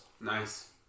Nice